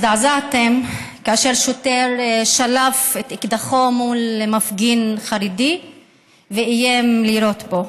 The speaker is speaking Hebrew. הזדעזעתם כאשר שוטר שלף את אקדחו מול מפגין חרדי ואיים לירות בו.